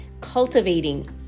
cultivating